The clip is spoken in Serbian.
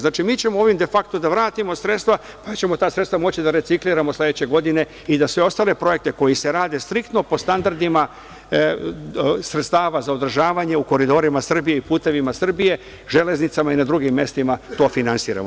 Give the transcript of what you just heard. Znači, mi ćemo ovim de fakto da vratimo sredstva, pa ćemo ta sredstva moći da recikliramo sledeće godine i da sve ostale projekte, koji se rade striktno po standardima sredstava za održavanje u koridorima Srbije i putevima Srbije, železnicama i na drugim mestima, finansiramo.